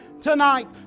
tonight